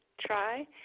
try